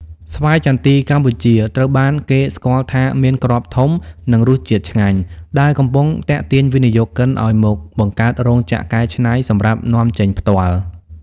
ស្វាយចន្ទីកម្ពុជាត្រូវបានគេស្គាល់ថាមានគ្រាប់ធំ និងរសជាតិឆ្ងាញ់ ដែលកំពុងទាក់ទាញវិនិយោគិនឱ្យមកបង្កើតរោងចក្រកែច្នៃសម្រាប់នាំចេញផ្ទាល់។